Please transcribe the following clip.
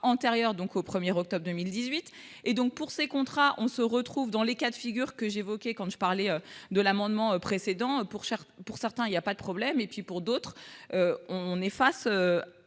antérieurs donc au premier octobre 2018. Et donc pour ces contrats, on se retrouve dans les cas de figure que j'évoquais quand je parlais de l'amendement précédent pour pour certains il y a pas de problème et puis pour d'autres. On est face.